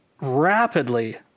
rapidly